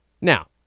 Now